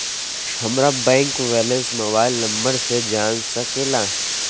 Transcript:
हमारा bank balance mobile number से जान सके ला?